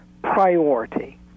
priority